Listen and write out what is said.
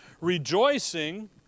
Rejoicing